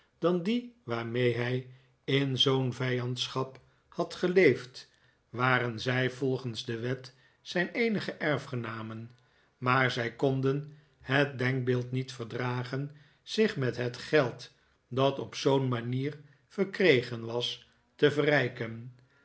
dan die waarmee hij in zoo'n vijandschap had geleefd waren zij volgens de wet zijn eenige erfgenamen maar zij konden het denkbeeld niet verdragen zich met het geld dat op zoo'n manier verkregen was te verrijken